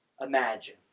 imagine